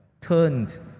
turned